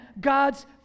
God's